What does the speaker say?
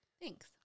Thanks